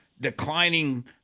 declining